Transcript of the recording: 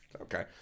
Okay